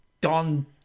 Don